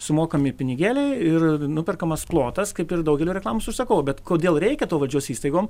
sumokami pinigėliai ir nuperkamas plotas kaip ir daugelio reklamos užsakovų bet kodėl reikia to valdžios įstaigom